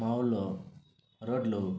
మా ఊర్లో రోడ్లు